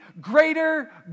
greater